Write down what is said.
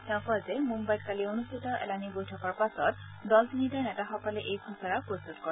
তেওঁ কয় যে মুদ্বাইত কালি অনুষ্ঠিত এলানি বৈঠকৰ পাছত দল তিনিটাৰ নেতাসকলে এই খচৰা প্ৰস্তুত কৰে